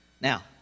Now